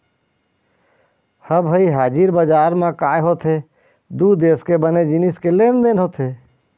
ह भई हाजिर बजार म काय होथे दू देश के बने जिनिस के लेन देन होथे